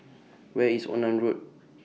Where IS Onan Road